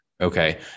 Okay